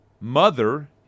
mother